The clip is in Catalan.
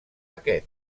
aquest